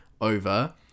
over